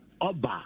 Oba